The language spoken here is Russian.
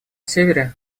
севере